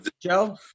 Joe